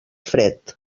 fred